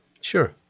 Sure